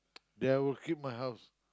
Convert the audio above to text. there will keep my house